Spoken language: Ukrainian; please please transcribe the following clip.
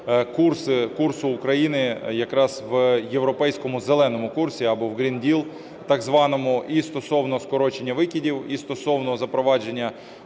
курсу України якраз в Європейському зеленому курсі або в Green Deal так званому, і стосовно скорочення викидів, і стосовно запровадження